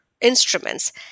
instruments